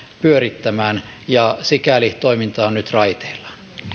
pyörittämään ja sikäli toiminta on nyt raiteillaan